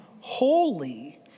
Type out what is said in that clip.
holy